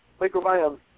microbiome